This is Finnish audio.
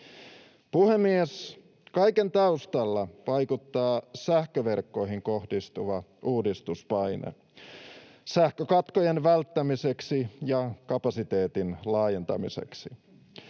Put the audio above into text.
Puhemies! Kaiken taustalla vaikuttaa sähköverkkoihin kohdistuva uudistuspaine sähkökatkojen välttämiseksi ja kapasiteetin laajentamiseksi.